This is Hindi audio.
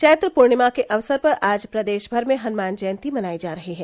चैत्र पूर्णिमा के अवसर पर आज प्रदेश भर में हनुमान जयन्ती मनाई जा रही है